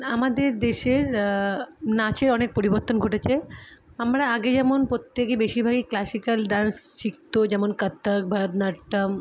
আমাদের দেশের নাচে অনেক পরিবর্তন ঘটেছে আমরা আগে যেমন প্রত্যেকে বেশিরভাগই ক্লাসিকাল ডান্স শিখত যেমন কত্থক ভরতনাট্যম